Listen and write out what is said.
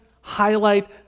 highlight